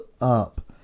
up